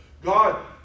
God